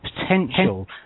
potential